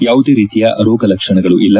ಯಾವುದೇ ರೀತಿಯ ರೋಗ ಲಕ್ಷಣಗಳು ಇಲ್ಲ